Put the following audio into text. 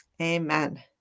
Amen